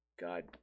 God